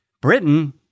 Britain